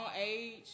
age